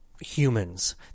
humans